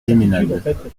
peymeinade